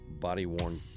body-worn